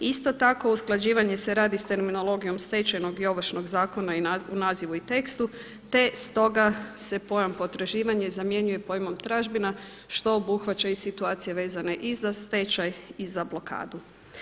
Isto tako usklađivanje se radi sa terminologijom stečajnog i Ovršnog zakona u nazivu i tekstu te stoga se pojam potraživanja zamjenjuje pojmom tražbina što obuhvaća i situacije vezane i za stečaj i za blokadu.